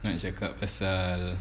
nak cakap pasal